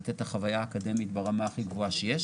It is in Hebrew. לתת את החוויה האקדמית ברמה הכי גבוהה שיש